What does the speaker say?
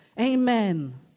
Amen